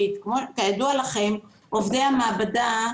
כידוע עובדי המעבדה,